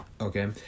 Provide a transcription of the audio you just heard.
okay